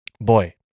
boy